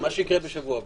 מה שיקרה בשבוע הבא.